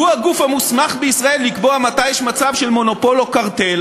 הוא הגוף המוסמך בישראל לקבוע מתי יש מצב של מונופול או קרטל,